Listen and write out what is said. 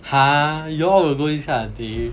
!huh! you all will go this kind of thing